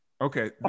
Okay